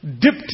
Dipped